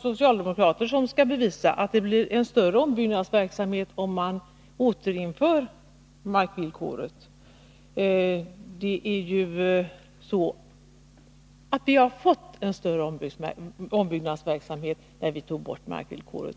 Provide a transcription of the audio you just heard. socialdemokrater som skall bevisa att det blir en större ombyggnadsverksamhet om man återinför markvillkoret. Vi har ju fått en större ombyggnadsverksamhet sedan vi tog bort markvillkoret.